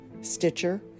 Stitcher